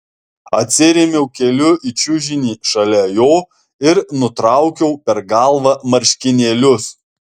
atsirėmiau keliu į čiužinį šalia jo ir nutraukiau per galvą marškinėlius